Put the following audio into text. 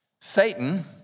Satan